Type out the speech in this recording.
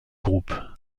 groupe